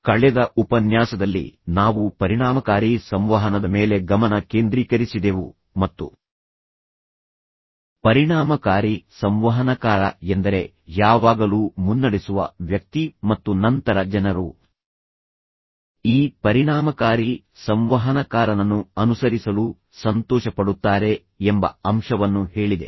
ಕಳೆದ ಉಪನ್ಯಾಸದಲ್ಲಿ ನಾವು ಪರಿಣಾಮಕಾರಿ ಸಂವಹನದ ಮೇಲೆ ಗಮನ ಕೇಂದ್ರೀಕರಿಸಿದೆವು ಮತ್ತು ಪರಿಣಾಮಕಾರಿ ಸಂವಹನಕಾರ ಎಂದರೆ ಯಾವಾಗಲೂ ಮುನ್ನಡೆಸುವ ವ್ಯಕ್ತಿ ಮತ್ತು ನಂತರ ಜನರು ಈ ಪರಿಣಾಮಕಾರಿ ಸಂವಹನಕಾರನನ್ನು ಅನುಸರಿಸಲು ಸಂತೋಷಪಡುತ್ತಾರೆ ಎಂಬ ಅಂಶವನ್ನು ಹೇಳಿದೆ